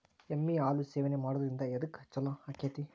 ಎಮ್ಮಿ ಹಾಲು ಸೇವನೆ ಮಾಡೋದ್ರಿಂದ ಎದ್ಕ ಛಲೋ ಆಕ್ಕೆತಿ?